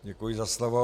Děkuji za slovo.